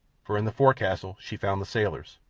for in the forecastle she found the sailors,